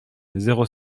zéro